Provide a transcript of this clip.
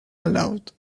aloud